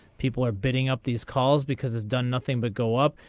people are betting up these calls because it's done nothing but go up.